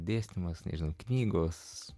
dėstymas nežinant knygos